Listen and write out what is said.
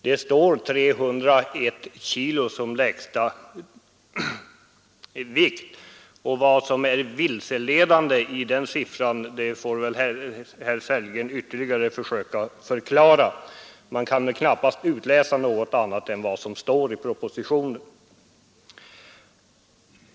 Det står 301 kg som lägsta vikt, och vad som är vilseledande i den siffran får herr Sellgren ytterligare försöka förklara. Man kan väl knappast utläsa något annat än det som står i propositionen.